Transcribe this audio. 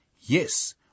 Yes